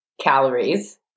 calories